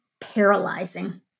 paralyzing